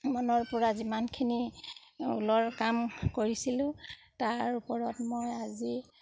মনৰ পৰা যিমানখিনি ওলৰ কাম কৰিছিলোঁ তাৰ ওপৰত মই আজি